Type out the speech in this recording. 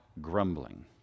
grumbling